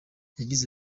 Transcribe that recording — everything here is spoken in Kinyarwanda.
yagize